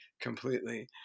completely